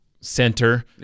center